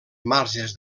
marges